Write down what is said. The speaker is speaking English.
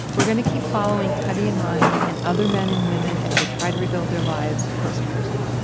we're gonna keep following cutty and ronnie and other men and women as they try to rebuild their lives post-prison